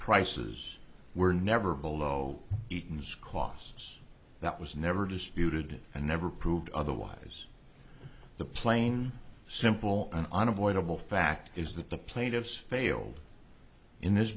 prices were never below eaton's costs that was never disputed and never proved otherwise the plain simple an unavoidable fact is that the plaintiffs failed in this